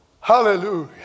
Hallelujah